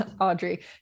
Audrey